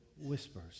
whispers